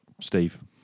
Steve